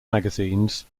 magazines